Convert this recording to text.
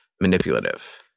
manipulative